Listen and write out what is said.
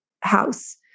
house